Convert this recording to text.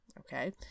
okay